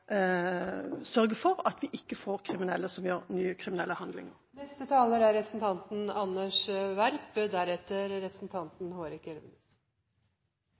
sørge for at vi ikke får kriminelle som lærer å gjøre nye kriminelle handlinger etter opphold i dublert celle. Til sistnevnte taler